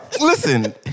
listen